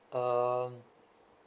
um